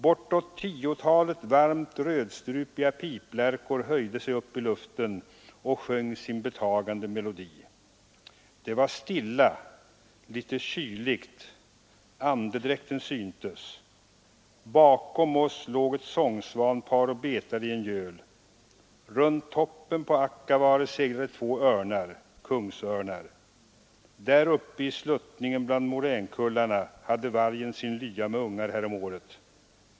Bortåt tiotalet varmt rödstrupiga piplärkor höjde sig upp i luften och sjöng sin betagande melodi. Det var stilla, litet kyligt, andedräkten syntes. Bakom oss låg ett sångsvanpar och betade i en göl. Runt toppen på Akavare seglade två örnar — kungsörnar. Där uppe i sluttningen bland moränkullarna hade vargen sin lya med ungar häromåret.